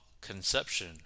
conception